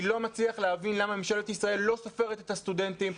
אני לא מצליח להבין למה ממשלת ישראל לא סופרת את הסטודנטים.